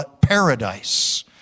paradise